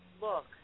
look